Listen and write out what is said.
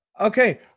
Okay